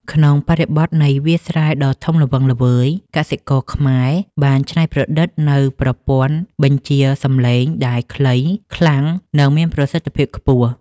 ក្នុងបរិបទនៃវាលស្រែដ៏ធំល្វឹងល្វើយ កសិករខ្មែរបានច្នៃប្រឌិតនូវប្រព័ន្ធបញ្ជាសម្លេងដែលខ្លី ខ្លាំង និងមានប្រសិទ្ធភាពខ្ពស់។